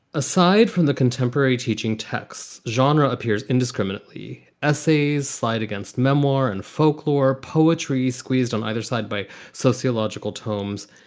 aside from the contemporary teaching texts, genre appears indiscriminantly essays slight against memoir and folklore, poetry squeezed on either side by sociological tomes.